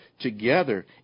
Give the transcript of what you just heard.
together